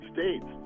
States